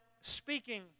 speaking